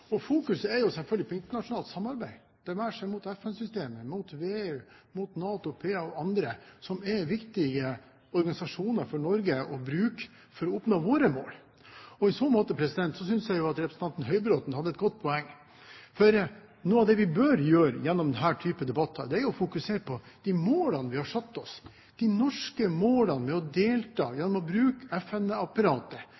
seg mot FN-systemet, mot VEU, mot NATO PA og andre som er viktige organisasjoner for Norge for å oppnå våre mål. I så måte synes jeg representanten Høybråten hadde et godt poeng. For noe av det vi bør gjøre gjennom denne typen debatter, er å fokusere på de målene vi har satt oss – de norske målene: delta gjennom å bruke FN-apparatet, gjennom å være medlemmer av NATO PA, gjennom å delta